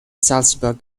salzburg